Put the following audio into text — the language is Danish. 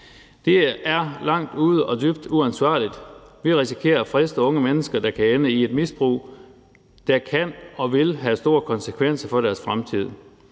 Det er langt ude og dybt uansvarligt. Vi risikerer at friste unge mennesker, der kan ende i et misbrug, der kan og vil have store konsekvenser for deres fremtid.